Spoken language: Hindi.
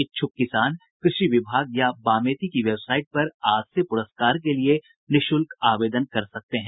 इच्छुक किसान कृषि विभाग या बामेती की वेबसाइट पर आज से पुरस्कार के लिये निःशुल्क आवेदन कर सकते हैं